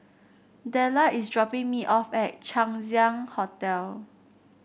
Della is dropping me off at Chang Ziang Hotel